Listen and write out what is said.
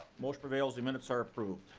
motion prevails the minute so are approved.